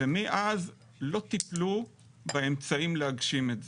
ומאז לא טיפלו באמצעים להגשים את זה.